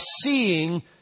seeing